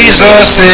Jesus